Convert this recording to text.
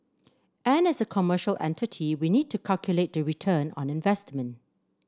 and as a commercial entity we need to calculate the return on investment